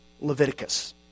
Leviticus